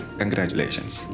congratulations